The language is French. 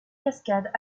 cascades